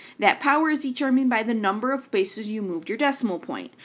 that power is determined by the number of places you moved your decimal point.